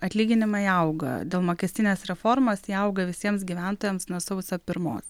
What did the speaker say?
atlyginimai auga dėl mokestinės reformos ji auga visiems gyventojams nuo sausio pirmos